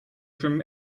from